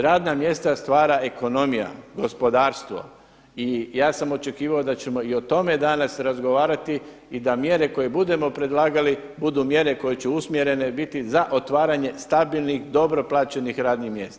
Radna mjesta stvara ekonomija, gospodarstvo i ja sam očekivao da ćemo i tome danas razgovarati i da mjere koje budemo predlagali budu mjere koje će usmjerene biti za otvaranje stabilnih dobro plaćenih radnih mjesta.